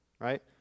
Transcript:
right